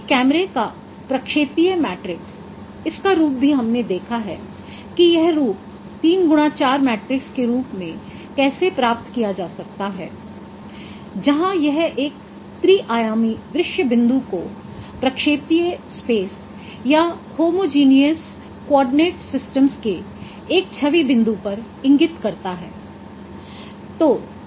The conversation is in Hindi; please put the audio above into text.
एक कैमरे का प्रक्षेपीय मैट्रिक्स इसका रूप भी हमने देखा है कि यह रूप 3 X 4 मैट्रिक्स के रूप में कैसे प्राप्त किया जा सकता है जहां यह एक त्रि आयामी दृश्य बिंदु को प्रक्षेपीय स्पेस या होमजीनीअस कोऑर्डनेट सिस्टम्स के एक छवि बिंदु पर इंगित करता है